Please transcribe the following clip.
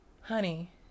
honey